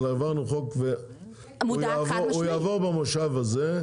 אבל העברנו חוק והוא יעבור במושב הזה,